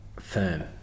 firm